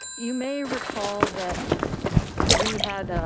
you may recall that we had